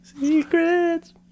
Secrets